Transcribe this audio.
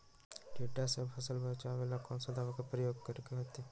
टिड्डा से फसल के बचावेला कौन दावा के प्रयोग करके होतै?